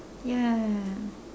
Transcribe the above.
ya